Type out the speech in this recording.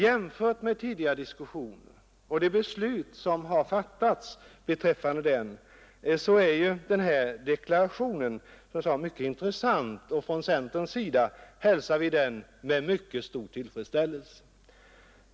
Jämfört med tidigare diskussioner och med de beslut som har fattats i detta sammanhang är denna deklaration mycket intressant, och från centern hälsar vi den med stor tillfredsställelse.